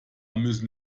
müssen